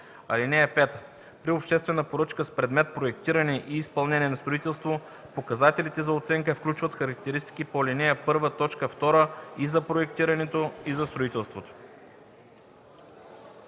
(5) При обществена поръчка с предмет проектиране и изпълнение на строителство показателите за оценка включват характеристики по ал. 1, т. 2 и за проектирането, и за строителството.”